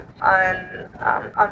on